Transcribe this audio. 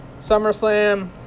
SummerSlam